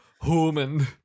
Human